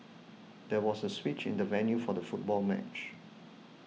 there was a switch in the venue for the football match